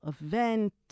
event